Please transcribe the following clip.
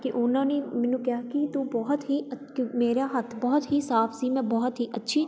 ਕਿ ਉਹਨਾਂ ਨੇ ਮੈਨੂੰ ਕਿਹਾ ਕਿ ਤੂੰ ਬਹੁਤ ਹੀ ਅੱ ਕਿ ਮੇਰਾ ਹੱਥ ਬਹੁਤ ਹੀ ਸਾਫ਼ ਸੀ ਮੈਂ ਬਹੁਤ ਹੀ ਅੱਛੀ